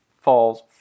falls